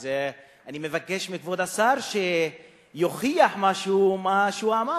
אז אני מבקש מכבוד השר שיוכיח את מה שהוא אמר.